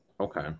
Okay